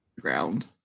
ground